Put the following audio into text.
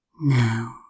now